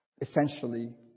essentially